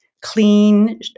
clean